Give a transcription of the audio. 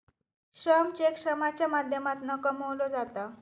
श्रम चेक श्रमाच्या माध्यमातना कमवलो जाता